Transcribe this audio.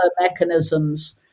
mechanisms